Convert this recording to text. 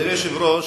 אדוני היושב-ראש,